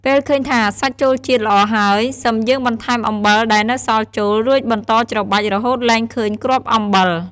ពេលឃើញថាសាច់ចូលជាតិល្អហើយ សឹមយើងបន្ថែមអំបិលដែលនៅសល់ចូល រួចបន្តច្របាច់រហូតលែងឃើញគ្រាប់អំបិល។